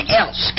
else